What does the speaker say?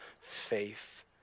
faith